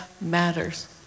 matters